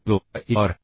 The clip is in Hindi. तो वह एक और है